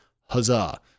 huzzah